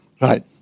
Right